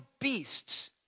beasts